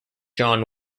john